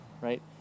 Right